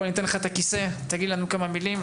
אני אתן לך את הכיסא ותגיד לנו כמה מילים.